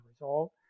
result